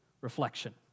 reflection